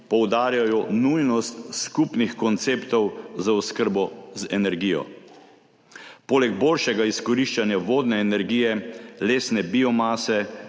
poudarjajo nujnost skupnih konceptov za oskrbo z energijo. Poleg boljšega izkoriščanja vodne energije, lesne biomase,